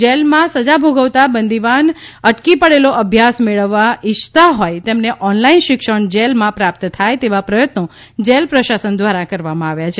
જેલમાં સજા ભોગવતા બંદીવાન અટકી પડેલો અભ્યાસ મેળવવા ઇચ્છતા હોય તેમને ઓનલાઈન શિક્ષણ જેલમાં પ્રાપ્ત થાય તેવા પ્રયત્નો જેલ પ્રશાસન દ્વારા કરવામાં આવ્યા છે